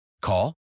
Call